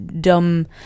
dumb